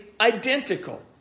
identical